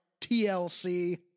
TLC